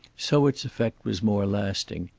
so its effect was more lasting.